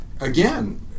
Again